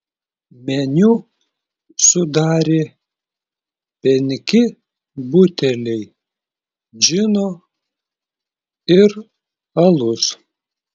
meniu sudarė penki buteliai džino ir alus